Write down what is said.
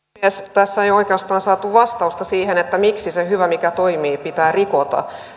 tässä ei oikeastaan saatu vastausta siihen miksi se hyvä mikä toimii pitää rikkoa